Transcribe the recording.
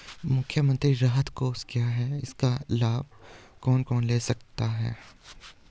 मुख्यमंत्री राहत कोष क्या है इसका लाभ कौन कौन ले सकता है?